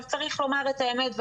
צריך לומר את האמת,